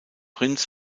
prinz